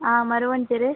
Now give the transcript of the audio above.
ஆ மருவந்தெரு